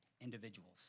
individuals